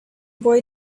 boy